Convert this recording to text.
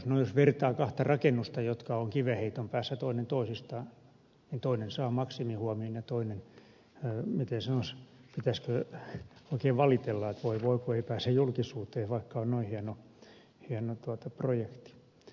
no jos vertaa kahta rakennusta jotka ovat kivenheiton päässä toinen toisistaan niin toinen saa maksimihuomion ja toinen miten sanoisi pitäisikö oikein valitella että voi voi kun ei pääse julkisuuteen vaikka on noin hieno projekti